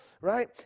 right